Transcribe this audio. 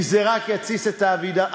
כי זה רק יתסיס את האווירה,